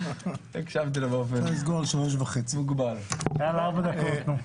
אפשר לסגור על 3.5. יאללה, ארבע דקות.